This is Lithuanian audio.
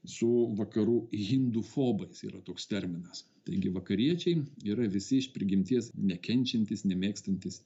su vakarų hindufobais yra toks terminas taigi vakariečiai yra visi iš prigimties nekenčiantys nemėgstantys